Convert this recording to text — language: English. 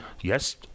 yes